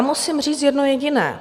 Musím říct jedno jediné.